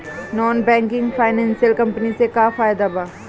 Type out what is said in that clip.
Non banking financial company से का फायदा बा?